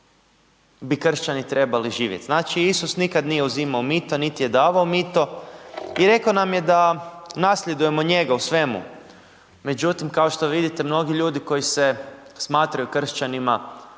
bi kršćani trebali živjeti. Znači Isus nikad nije uzimao mito niti je davao mito i rekao nam je da nasljedujemo njega u svemu. Međutim, kao što vidite, mnogi ljudi koji se smatraju kršćanima